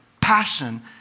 passion